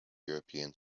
europeans